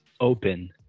open